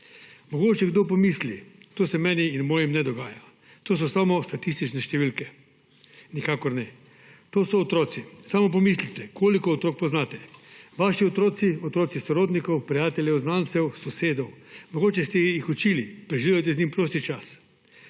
Mogoče kdo pomisli, to se meni in mojim ne dogaja, to so samo statistične številke. Nikakor ne. To so otroci. Samo pomislite, koliko otrok poznate, vaši otroci, otroci sorodnikov, prijateljev, znancev, sosedov. Mogoče ste jih učili, preživljate z njimi prosti čas.